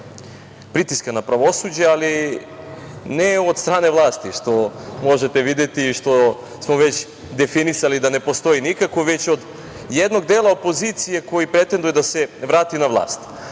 pritiska na pravosuđe, ali ne od strane vlasti, što možete videti i što smo već definisali da ne postoji nikako, već od jednog dela opozicije koji pretenduje da se vrati na vlast,